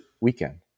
weekend